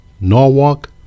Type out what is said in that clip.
Norwalk